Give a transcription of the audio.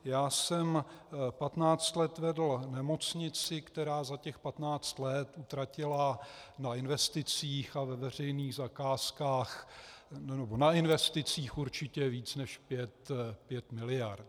Já jsem patnáct let vedl nemocnici, která za těch patnáct let utratila na investicích a ve veřejných zakázkách nebo na investicích určitě víc než pět miliard.